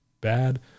bad